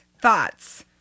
Thoughts